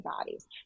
bodies